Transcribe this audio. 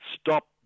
stop